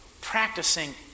practicing